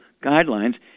guidelines